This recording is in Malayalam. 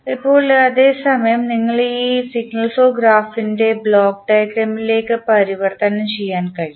ഇപ്പോൾ അതേ സമയം നിങ്ങൾക്ക് ഈ സിഗ്നൽ ഫ്ലോ ഗ്രാഫിനെ ബ്ലോക്ക് ഡയഗ്രാമിലേക്ക് പരിവർത്തനം ചെയ്യാൻ കഴിയും